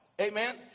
amen